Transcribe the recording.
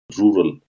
rural